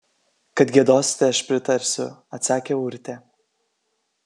kad giedosite aš pritarsiu atsakė urtė